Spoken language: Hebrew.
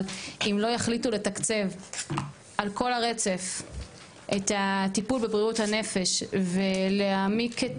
אבל אם לא יחליטו לתקצב על כל הרצף את הטיפול בבריאות הנפש ולהעמיק את